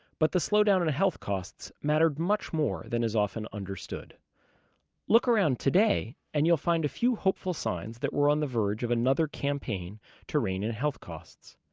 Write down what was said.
but the slowdown in health costs mattered much more than is often understood look around today, and you'll find a few hopeful signs that we're on the verge of another campaign to rein in health costs.